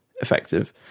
effective